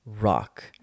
rock